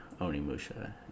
Onimusha